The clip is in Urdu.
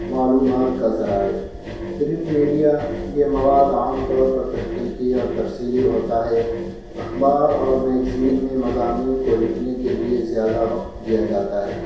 معلومات کا ذرائع پرنٹ میڈیا یہ مواد عام طور پر تحقیقی اور تفصیلی ہوتا ہے اخبار اور میگزین میں مضامین کو لکھنے کے لیے زیادہ وقت دیا جاتا ہے